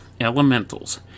Elementals